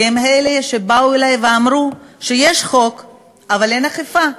כי הם אלה שבאו אלי ואמרו שיש חוק אבל אין אכיפה,